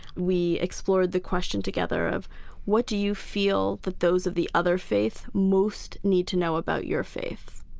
we explored the question together of what do you feel that those of the other faith most need to know about your faith?